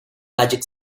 magic